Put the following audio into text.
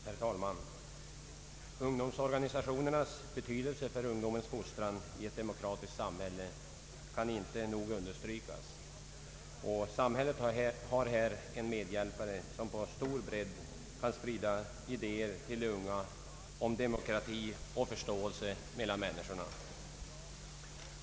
Herr talman! Ungdomsorganisationernas betydelse för ungdomens fostran i ett demokratiskt samhälle kan inte nog understrykas. Samhället har här en medhjälpare som på stor bredd kan till unga människor sprida idéer om demokrati och om förståelse mellan människorna.